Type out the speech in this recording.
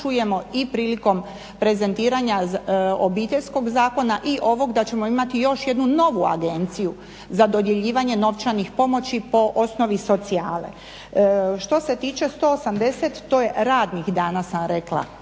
i prilikom prezentiranja Obiteljskog zakona i ovog da ćemo imati još jednu novu Agenciju za dodjeljivanje novčanih pomoći po osnovi socijale. Što se tiče 180, to je radnih dana sam rekla,